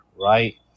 right